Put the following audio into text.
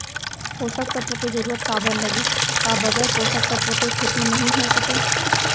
पोसक तत्व के जरूरत काबर लगिस, का बगैर पोसक तत्व के खेती नही हो सके?